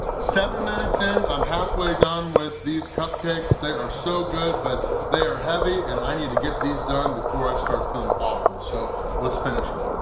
seven minutes in, i'm halfway done with these cupcakes they are so good but they are heavy and i need to get these done before i start feeling awful so let's finish them!